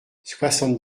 soixante